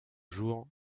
jours